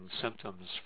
symptoms